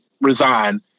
resign